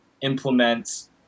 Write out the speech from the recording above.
implement